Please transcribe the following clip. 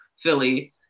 Philly